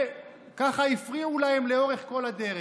וככה הפריעו להם לאורך כל הדרך.